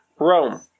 Rome